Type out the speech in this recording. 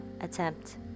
attempt